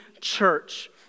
church